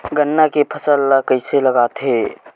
गन्ना के फसल ल कइसे लगाथे?